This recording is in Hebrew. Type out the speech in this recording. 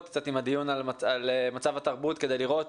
קצת עם הדיון על מצב התרבות כדי לראות